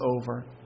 over